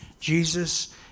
Jesus